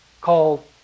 called